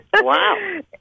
Wow